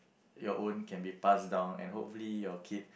your own can be passed down and hopefully your kid